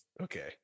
Okay